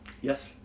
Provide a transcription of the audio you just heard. Yes